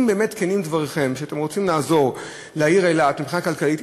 אם באמת כנים דבריכם שאתם רוצים לעזור לעיר אילת מבחינה כלכלית,